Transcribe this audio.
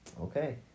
Okay